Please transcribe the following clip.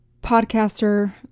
podcaster